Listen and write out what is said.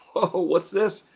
oh! what's this?